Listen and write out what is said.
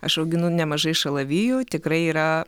aš auginu nemažai šalavijų tikrai yra